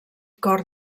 cor